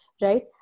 right